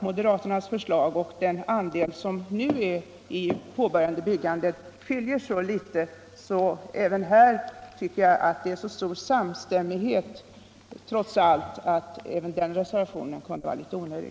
Moderaternas förslag beträffande andelen småhus i nyproduktionen skiljer sig emellertid så litet från vad som redan faktiskt förekommer att jag tycker att även reservationen 3 vid betänkandet nr 7 är onödig.